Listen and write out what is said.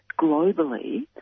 globally